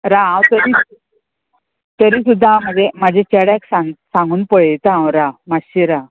राव हांव तरी तरी सुद्दां म्हाजे म्हाजे चेड्याक सांग सांगून पळयता हांव राव मातशें राव